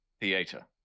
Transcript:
Theater